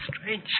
strange